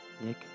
Nick